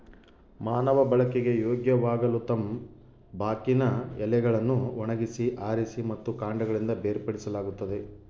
ಮಾನವ ಬಳಕೆಗೆ ಯೋಗ್ಯವಾಗಲುತಂಬಾಕಿನ ಎಲೆಗಳನ್ನು ಒಣಗಿಸಿ ಆರಿಸಿ ಮತ್ತು ಕಾಂಡಗಳಿಂದ ಬೇರ್ಪಡಿಸಲಾಗುತ್ತದೆ